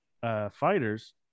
fighters